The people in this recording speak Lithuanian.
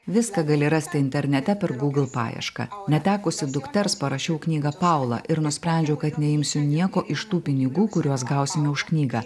viską gali rasti internete per gūgl paiešką netekusi dukters parašiau knygą paula ir nusprendžiau kad neimsiu nieko iš tų pinigų kuriuos gausime už knygą